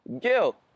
Guilt